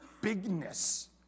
bigness